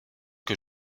que